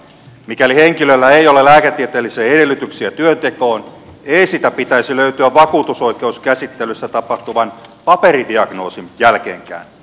mikäli henkilöllä ei ole lääketieteellisiä edellytyksiä työntekoon ei sitä pitäisi löytyä vakuutusoikeuskäsittelyssä tapahtuvan paperidiagnoosin jälkeenkään